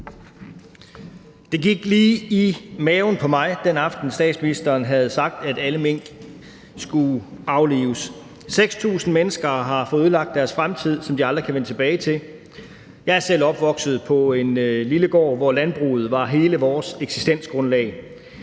Det gik lige i maven på mig, den aften statsministeren havde sagt, at alle mink skulle aflives. 6.000 mennesker har fået ødelagt deres fremtid, som de aldrig kan vende tilbage til. Jeg er selv opvokset på en lille gård, hvor landbruget var hele vores eksistensgrundlag.